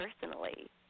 personally